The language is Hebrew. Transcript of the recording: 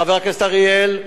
חבר הכנסת אריאל,